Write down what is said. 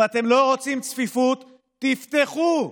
אם אתם לא רוצים צפיפות, תפתחו,